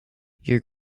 your